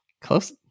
close